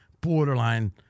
borderline